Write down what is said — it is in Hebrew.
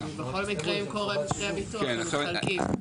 --- בכל מקרה אם קורה מקרה הביטוח הם מתחלקים.